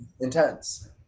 intense